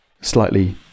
slightly